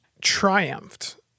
triumphed